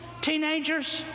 Teenagers